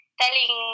telling